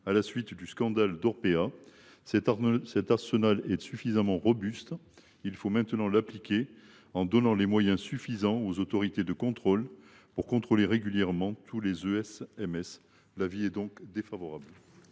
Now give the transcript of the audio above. à la suite du scandale Orpea. Cet arsenal est suffisamment robuste. Il faut maintenant l’appliquer, en donnant les moyens suffisants aux autorités de contrôle pour contrôler régulièrement tous les ESMS. La commission émet